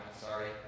sorry